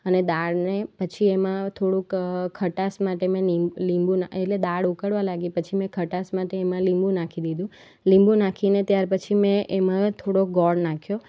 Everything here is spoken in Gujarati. અને દાળને પછી એમાં થોડુંક ખટાશ માટે મેં ની લીંબુ એટલે દાળ ઉકળવા લાગી પછી મેં ખટાશ માટે એમાં લીંબુ નાખી દીધું લીંબુ નાખીને ત્યારપછી મેં એમાં થોળોક ગોળ નાખ્યો